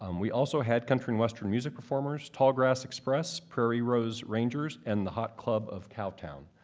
um we also had country western music performers tallgrass express, prairie rose rangers and the hot club of cowtown.